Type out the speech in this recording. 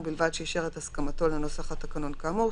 ובלבד שאישר את הסכמתו לנוסח התקנון כאמור,